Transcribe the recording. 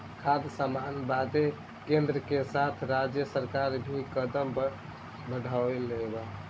खाद्य सामान बदे केन्द्र के साथ राज्य सरकार भी कदम बढ़ौले बा